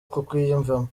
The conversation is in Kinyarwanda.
kukwiyumvamo